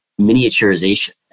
miniaturization